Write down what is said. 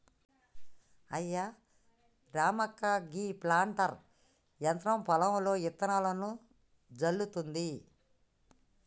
అయ్యా రామక్క గీ ప్లాంటర్ యంత్రం పొలంలో ఇత్తనాలను జల్లుతుంది